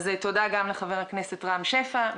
תודה גם לחבר הכנסת רם שפע,